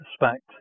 respect